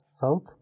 South